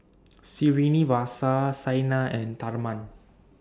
Srinivasa Saina and Tharman